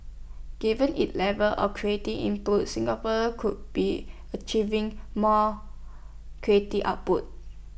given its level of creative input Singapore could be achieving more creative outputs